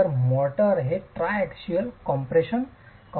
तर मोर्टार हे ट्रायआक्सियल कम्प्रेशनची अवस्था आहे